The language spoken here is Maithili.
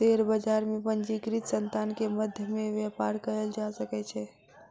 शेयर बजार में पंजीकृत संतान के मध्य में व्यापार कयल जा सकै छै